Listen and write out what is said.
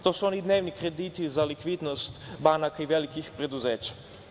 To su oni dnevni krediti za likvidnost banaka i velikih preduzeća.